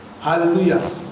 Hallelujah